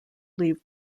leave